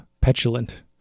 Petulant